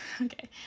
okay